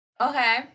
okay